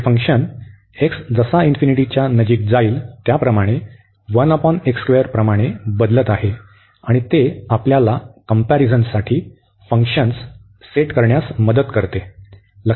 तर हे function x जसा इन्फिनिटीच्या नजिक जाईल त्याप्रमाणेच प्रमाणे बदलत आहे आणि ते आपल्याला कंम्पॅरिझनसाठी फंक्शन्स सेट करण्यास मदत करते